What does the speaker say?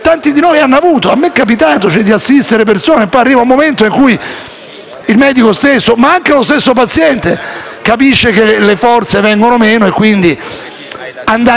il medico, o lo stesso paziente, capisce che le forze vengono meno e, quindi, andare oltre sarebbe accanimento terapeutico, che noi abbiamo proposto di vietare in maniera più